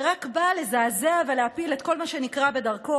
שרק בא לזעזע ולהפיל את כל מה שנקרה בדרכו,